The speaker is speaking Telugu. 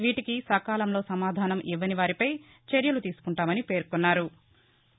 వీటికి సకాలంలో సమాధానం ఇవ్వనివారిపై చర్యలు తీసుకుంటామని పేర్కొన్నారు